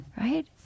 Right